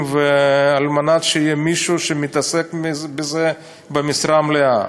על מנת שיהיה מישהו שמתעסק בזה במשרה מלאה.